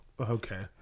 okay